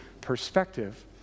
perspective